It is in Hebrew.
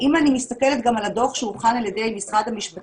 אם אני מסתכלת גם על הדוח שהוכן על ידי משרד המשפטים,